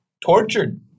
tortured